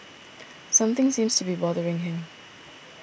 something seems to be bothering him